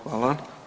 Hvala.